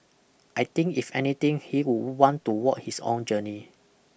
I think if anything he would want to walk his own journey